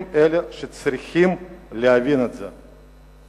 הם אלה שצריכים להבין את זה.